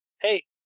hey